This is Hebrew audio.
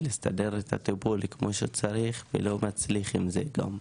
לסדר את הטיפול כמו שצריך ולא מצליח עם זה גם,